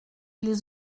les